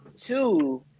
Two